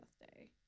birthday